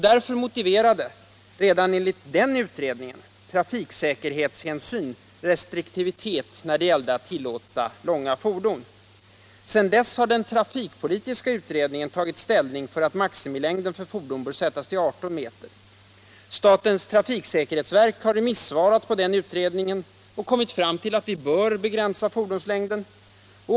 Därför motiverade — redan enligt den utredningen — trafiksäkerhetshänsyn restriktivitet när det gällde att tillåta långa fordon. Sedan dess har den trafikpolitiska utredningen tagit ställning för att maximilängden för fordon bör sättas till 18 m. Statens trafiksäkerhetsverk har remissvarat på den utredningen och kommit fram till att vi bör begränsa fordonslängden.